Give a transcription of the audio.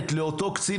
קצת